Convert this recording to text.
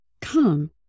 Come